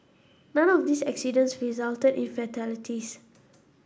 none of this accidents resulted in fatalities